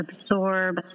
absorb